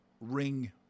ring